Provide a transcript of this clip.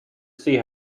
see